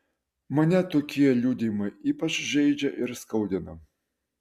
mane tokie liudijimai ypač žeidžia ir skaudina